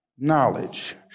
Knowledge